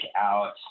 out